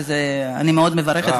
ואני מאוד מברכת,